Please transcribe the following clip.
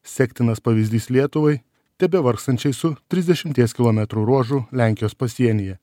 sektinas pavyzdys lietuvai tebevargstančiai su trisdešimties kilometrų ruožu lenkijos pasienyje